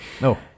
No